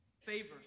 favor